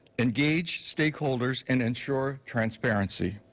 engaged stakeholders, and ensure transparency,